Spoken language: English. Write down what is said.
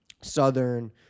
Southern